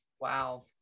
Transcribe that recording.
Wow